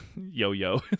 Yo-Yo